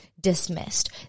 dismissed